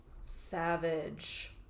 savage